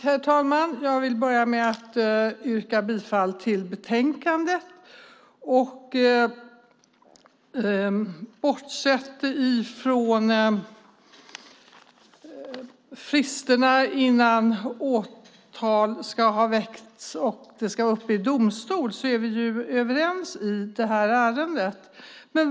Herr talman! Jag vill börja med att yrka bifall till utskottets förslag i betänkandet. Bortsett från fristerna innan åtal ska ha väckts och det ska upp i domstol är vi överens i detta ärende.